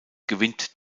gewinnt